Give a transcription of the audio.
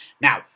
Now